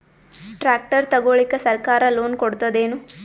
Tractor ತಗೊಳಿಕ ಸರ್ಕಾರ loan ಕೊಡತದೇನು?